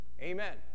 Amen